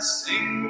sing